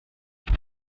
quan